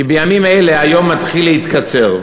כי בימים אלה היום מתחיל להתקצר,